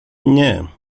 nie